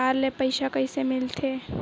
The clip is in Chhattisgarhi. बजार ले पईसा कइसे मिलथे?